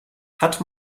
hat